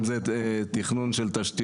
אם זה תכנון של תשתיות.